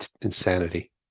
insanity